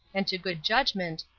and to good judgment,